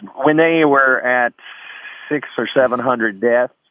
when they were at six or seven hundred deaths.